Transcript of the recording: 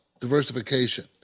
diversification